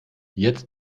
jetzt